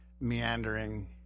meandering